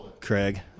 Craig